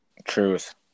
truth